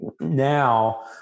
now